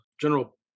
general